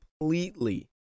completely